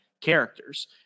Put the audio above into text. characters